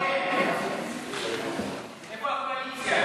איפה הקואליציה?